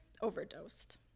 overdosed